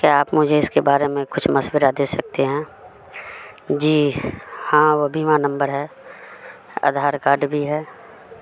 کیا آپ مجھے اس کے بارے میں کچھ مصورہ دے سکتے ہیں جی ہاں وہ بیمہ نمبر ہے آدھار کارڈ بھی ہے